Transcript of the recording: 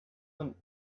then